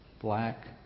black